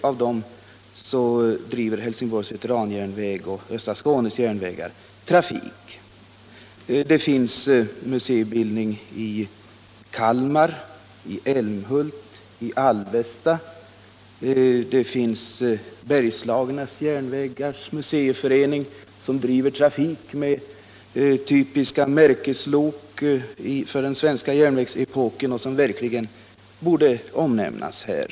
Av dem driver Helsingborgs veteranjärnväg och Östra Skånes järnvägar trafik. Vidare finns museibildningar i Kalmar, i Älmhult och i Alvesta. Bergslagernas järnvägssällskap driver trafik med typiska märkeslok från den svenska ångloksepoken och borde verkligen omnämnas här.